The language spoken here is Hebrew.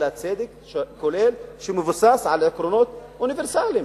אלא צדק שכולל, שמבוסס על עקרונות אוניברסליים,